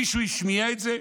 מישהו השמיע את זה?